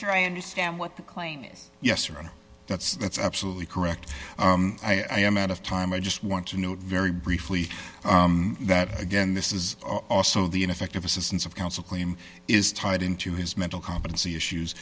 sure i understand what the claim is yes or and that's that's absolutely correct i am out of time i just want to know very briefly that again this is also the ineffective assistance of counsel claim is tied into his mental competency issues